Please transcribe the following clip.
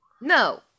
No